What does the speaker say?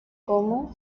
como